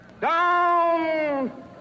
down